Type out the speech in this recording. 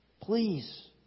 Please